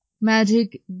magic